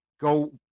go